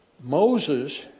Moses